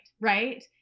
right